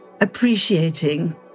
appreciating